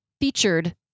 featured